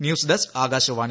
news desk Akashvani